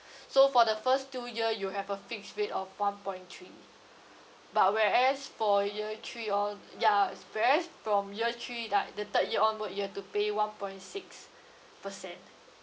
so for the first two year you have a fixed rate of one point three but whereas for year three on~ ya whereas from year three like the third year onward you have to pay one point six percent